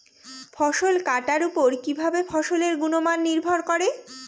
ফসল কাটার উপর কিভাবে ফসলের গুণমান নির্ভর করে?